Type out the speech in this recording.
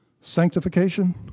sanctification